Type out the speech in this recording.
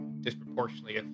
disproportionately